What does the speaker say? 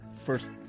first